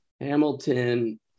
Hamilton